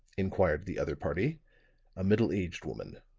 inquired the other party a middle-aged woman,